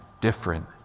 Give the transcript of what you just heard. different